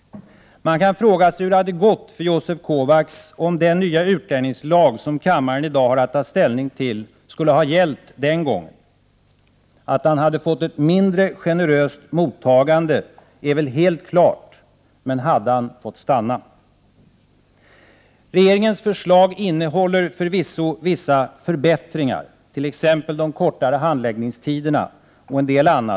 Man kan fråga sig hur det hade gått för Josef Kovacs om den nya utlänningslag som kammaren i dag har att ta ställning till skulle ha gällt den gången. Att han hade fått ett mindre generöst mottagande är helt klart, men hade han fått stanna? Regeringens förslag innehåller förvisso vissa förbättringar, t.ex. de kortare handläggningstiderna och en del annat.